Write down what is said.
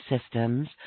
systems